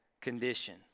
condition